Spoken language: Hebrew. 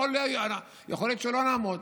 יכול להיות שלא נעמוד.